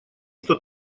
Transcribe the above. что